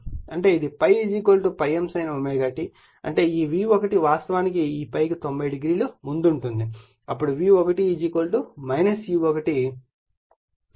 అంటే ఇది ∅ ∅m sin ω t అంటే ఈ V1 వాస్తవానికి ఈ ∅ కు 90o ముందుంటుంది అప్పుడు V1 E1 అవుతుంది